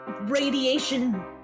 radiation